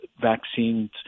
vaccines